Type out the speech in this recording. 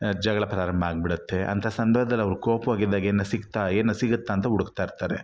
ಜಗಳ ಪ್ರಾರಂಭ ಆಗ್ಬಿಡುತ್ತೆ ಅಂಥ ಸಂದರ್ಭದಲ್ಲಿ ಅವರು ಕೋಪವಾಗಿದ್ದಾಗ ಏನಾರ ಸಿಕ್ತಾ ಏನಾರ ಸಿಗುತ್ತಾ ಅಂತ ಹುಡುಕ್ತಾಯಿರ್ತಾರೆ